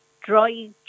dry